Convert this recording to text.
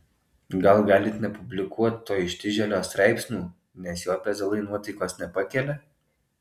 gal galit nepublikuot to ištižėlio straipsnių nes jo pezalai nuotaikos nepakelia